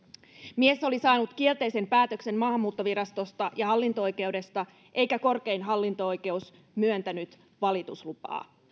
mies oli saanut kielteisen päätöksen maahanmuuttovirastosta ja hallinto oikeudesta eikä korkein hallinto oikeus myöntänyt valituslupaa